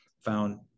found